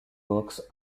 works